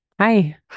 hi